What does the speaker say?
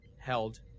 held